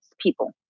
people